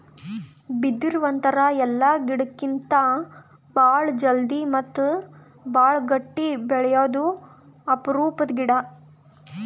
ಬಿದಿರ್ ಒಂಥರಾ ಎಲ್ಲಾ ಗಿಡಕ್ಕಿತ್ತಾ ಭಾಳ್ ಜಲ್ದಿ ಮತ್ತ್ ಭಾಳ್ ಗಟ್ಟಿ ಬೆಳ್ಯಾದು ಅಪರೂಪದ್ ಗಿಡಾ